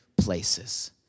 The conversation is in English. places